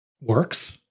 works